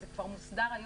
אז זה כבר מוסדר היום,